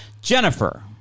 Jennifer